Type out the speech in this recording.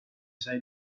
sai